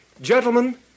Gentlemen